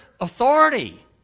authority